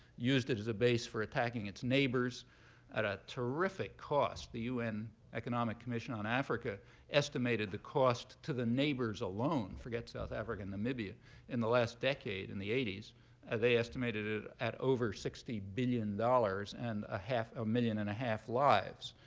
used it as a base for attacking its neighbors at a terrific cost. the un economic commission on africa estimated the cost to the neighbors alone forget south africa and namibia in the last decade, in the eighty s, and they estimated it at over sixty billion dollars and a million and a half lives.